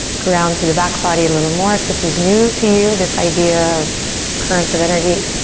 ground through the back body a little more. if this is new to you, this idea of currents of energy,